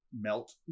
melt